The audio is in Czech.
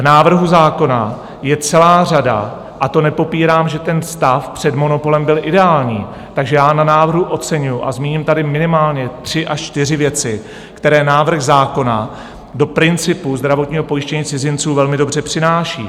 V návrhu zákona je celá řada a to nepopírám, že stav před monopolem byl ideální takže já na návrhu oceňuji a zmíním tady minimálně tři až čtyři věci, které návrh zákona do principu zdravotního pojištění cizinců velmi dobře přináší.